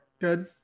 good